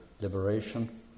liberation